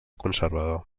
conservador